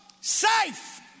safe